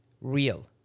real